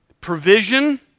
Provision